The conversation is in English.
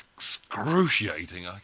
Excruciating